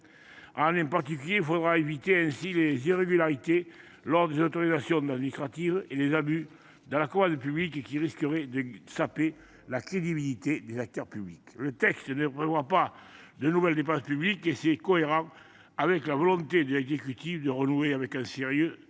En particulier, il faudra éviter les irrégularités lors des autorisations administratives et les abus dans la commande publique qui risqueraient de saper la crédibilité des acteurs publics. Le texte ne prévoit pas de nouvelles dépenses publiques, ce qui est cohérent avec la volonté de l’exécutif de renouer avec un certain